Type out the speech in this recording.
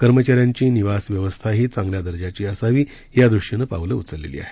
कर्मचाऱ्यांची निवासव्यवस्थाही चांगल्या दर्जाची असावी यादृष्टीनं पावलं उचलली आहेत